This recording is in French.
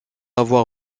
avoir